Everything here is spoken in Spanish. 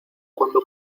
cuando